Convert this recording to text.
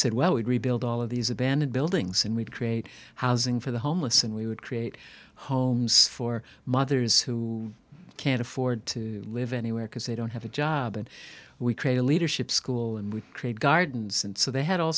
said well we'd rebuild all of these abandoned buildings and we'd create housing for the homeless and we would create homes for mothers who can't afford to live anywhere because they don't have a job and we create a leadership school and we create gardens and so they had all